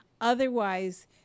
Otherwise